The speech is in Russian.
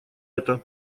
это